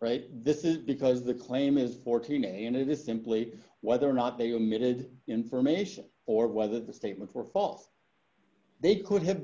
right this is because the claim is fourteen and it is simply whether or not they were emitted information or whether the statements were false they could have